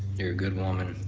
you're a good woman.